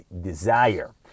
desire